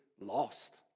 lost